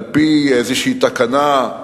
על-פי תקנה כלשהי,